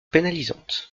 pénalisante